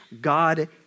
God